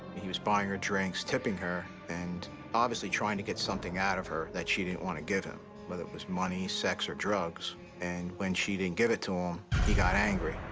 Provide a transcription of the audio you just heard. he was buying her drinks, tipping her, and obviously trying to get something out of her that she didn't want to give him whether it was money, sex, or drugs and when she didn't give it to him, he got angry,